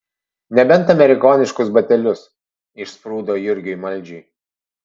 nebent amerikoniškus batelius išsprūdo jurgiui maldžiui